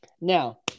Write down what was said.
Now